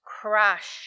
crash